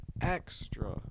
extra